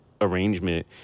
arrangement